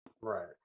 Right